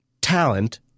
talent